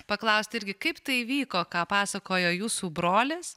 paklausti irgi kaip tai įvyko ką pasakojo jūsų brolis